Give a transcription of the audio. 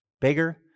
bigger